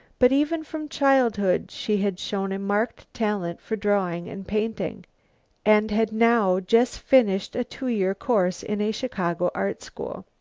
but even from childhood she had shown a marked talent for drawing and painting and had now just finished a two-year course in a chicago art school.